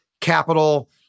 capital